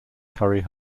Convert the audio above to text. curry